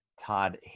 Todd